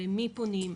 למי פונים,